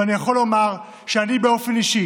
ואני יכול לומר שאני באופן אישי